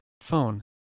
Phone